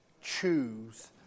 choose